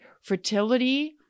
fertility